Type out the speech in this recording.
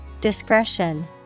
Discretion